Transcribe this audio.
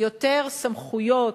יותר סמכויות,